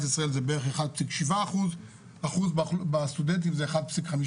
ישראל זה בערך 1.7%. אחוז בסטודנטים זה 1.5%,